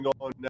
on